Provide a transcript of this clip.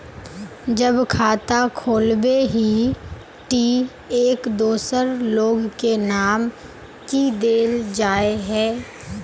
जब खाता खोलबे ही टी एक दोसर लोग के नाम की देल जाए है?